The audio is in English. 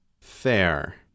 fair